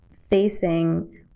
facing